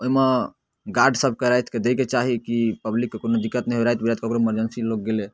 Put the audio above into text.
ओइमे गार्ड सभके रातिमे दैके चाही कि पब्लिकके कोनो दिक्कत नहि होइ राति बिराति ककरो मर्जेन्सी लोग गेलै